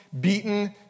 beaten